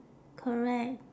correct